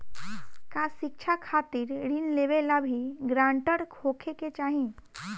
का शिक्षा खातिर ऋण लेवेला भी ग्रानटर होखे के चाही?